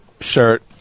shirt